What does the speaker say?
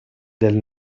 del